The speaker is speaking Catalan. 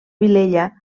vilella